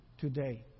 today